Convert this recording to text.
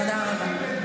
תודה רבה.